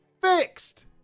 Fixed